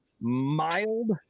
mild